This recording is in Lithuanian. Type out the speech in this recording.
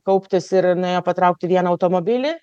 kauptis ir ir nuėjo patraukti vieną automobilį